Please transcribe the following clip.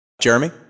Jeremy